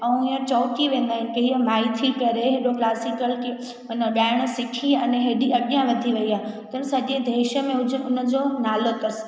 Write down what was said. ऐं हीअं चौकी वेंदा आहिनि की ईअं माइ थी करे एॾो क्लासिकल माना गाइण सिखी अने एॾी अॻियां वधी वई आहे की कर सॼे देश में उन उनजो नालो अथसि